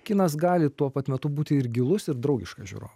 kinas gali tuo pat metu būti ir gilus ir draugiškas žiūrovui